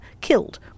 killed